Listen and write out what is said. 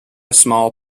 small